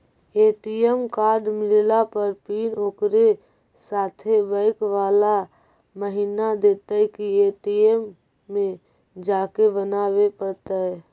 ATM card मिलला पर pin ओकरे साथे बैक बाला महिना देतै कि ए.टी.एम में जाके बना बे पड़तै?